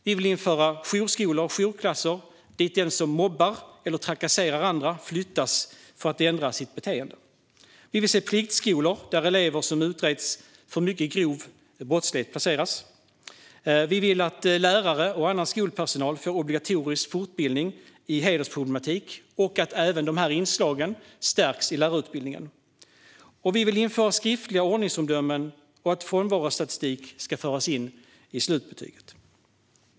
Vi vill införa jourskolor och jourklasser dit den som mobbar eller trakasserar andra flyttas i syfte att ändra sitt beteende. Vi vill se pliktskolor där elever som utreds för mycket grov brottslighet placeras. Vi vill att lärare och annan skolpersonal får obligatorisk fortbildning i hedersproblematik och att dessa inslag stärks även i lärarutbildningen. Vi vill införa skriftliga ordningsomdömen och att frånvarostatistik ska föras in i slutbetyget.